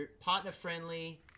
partner-friendly